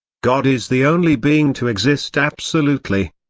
god is the only being to exist absolutely.